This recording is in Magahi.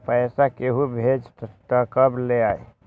पैसा केहु भेजी त कब ले आई?